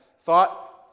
thought